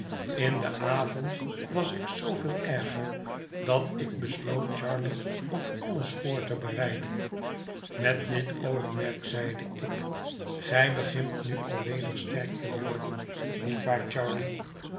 in den avond was ik zooveel erger dat ik besloot charley op alles voor te bereiden met dit oogmerk zeide ik gij begint nu alweder sterk te worden niet waar charley